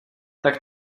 tak